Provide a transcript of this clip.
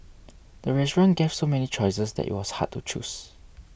the restaurant gave so many choices that it was hard to choose